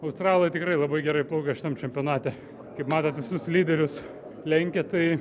australai tikrai labai gerai plaukia šitam čempionate kaip matot visus lyderius lenkia tai